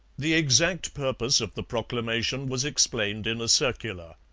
the exact purpose of the proclamation was explained in a circular.